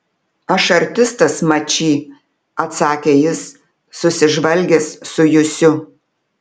aš artistas mačy atsakė jis susižvalgęs su jusiu